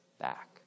back